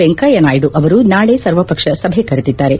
ವೆಂಕಯ್ತ ನಾಯ್ನು ಅವರು ನಾಳೆ ಸರ್ವಪಕ್ಷ ಸಭೆ ಕರೆದಿದ್ದಾರೆ